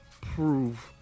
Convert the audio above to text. prove